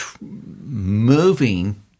moving